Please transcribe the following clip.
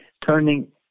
turning